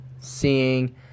seeing